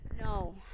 No